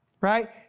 right